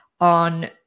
on